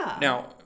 Now